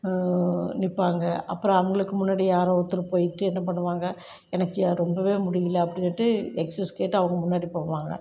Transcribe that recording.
நிற்பாங்க அப்புறம் அவங்களுக்கு முன்னாடி யாரோ ஒருத்தர் போய்ட்டு என்ன பண்ணுவாங்க எனக்கு ய ரொம்ப முடியலை அப்படின்ட்டு எக்ஸ்கியூஸ் கேட்டு அவங்க முன்னாடி போவாங்க